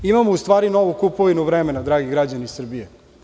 Imamo, u stvari novu kupovinu vremena, dragi građani Srbije.